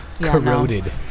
Corroded